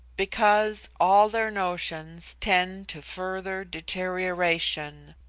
because all their notions tend to further deterioration.